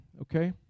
okay